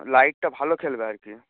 লাইটটা ভালো খেলবে আর কি